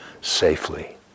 safely